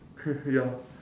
ya